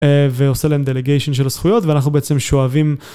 ועושה להם דליגיישן של הזכויות ואנחנו בעצם שואבים